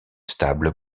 stable